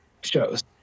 shows